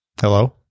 Hello